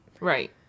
Right